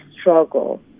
struggle